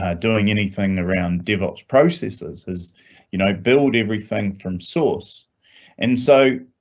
ah doing anything around devops processes as you know, build everything from source and so.